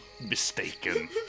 mistaken